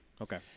Okay